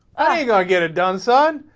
i get it done son